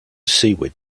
seward